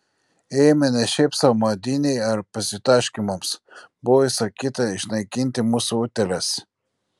ėjome ne šiaip sau maudynei ar pasitaškymams buvo įsakyta išnaikinti mūsų utėles